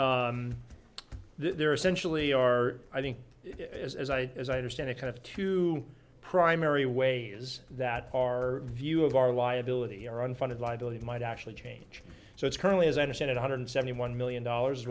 they're essentially are i think as i as i understand it kind of two primary ways that our view of our liability or unfunded liability might actually change so it's currently as i understand it one hundred seventy one million dollars